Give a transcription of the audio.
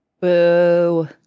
Boo